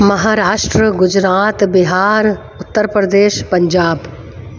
Maharashtra Gujarat Bihar Uttar Pradesh Punjab